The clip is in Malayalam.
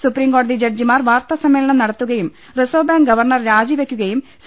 സുപ്രീംകോടതി ജഡ്ജിമാർ വാർത്താസമ്മേളനം നടത്തുകയും റിസർവ് ബാങ്ക് ഗവർണർ രാജി വെക്കുകയും സി